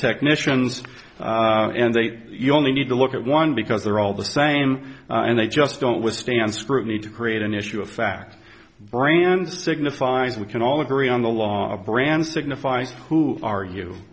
technicians and they only need to look at one because they're all the same and they just don't withstand scrutiny to create an issue of fact brand signifies we can all agree on the law brand signify who ar